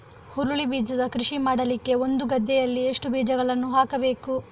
ಹುರುಳಿ ಬೀಜದ ಕೃಷಿ ಮಾಡಲಿಕ್ಕೆ ಒಂದು ಗದ್ದೆಯಲ್ಲಿ ಎಷ್ಟು ಬೀಜಗಳನ್ನು ಹಾಕಬೇಕು?